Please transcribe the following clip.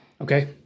Okay